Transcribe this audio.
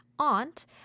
aunt